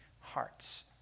hearts